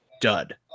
dud